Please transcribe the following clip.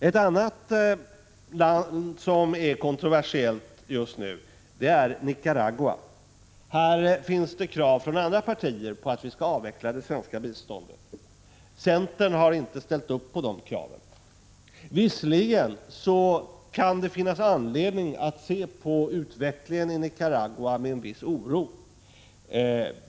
Ett annat kontroversiellt land just nu är Nicaragua. Från andra partier ställs krav på att det svenska biståndet skall avvecklas. Centern har inte ställt upp på det kravet. Visserligen kan det finnas anledning att se på utvecklingen i Nicaragua med en viss oro.